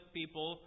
people